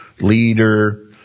leader